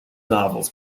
novels